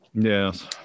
yes